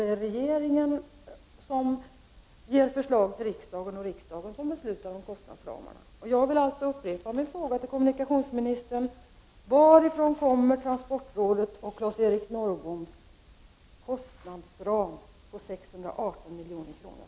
Det är regeringen som ger förslag till riksdagen, och det är riksdagen som fattar beslut om kostnadsramarna. Varifrån kommer transportrådets och Claes-Eric Norrboms kostnadsram på 618 milj.kr.